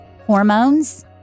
hormones